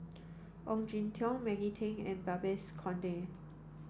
Ong Jin Teong Maggie Teng and Babes Conde